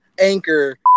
anchor